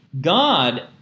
God